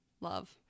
Love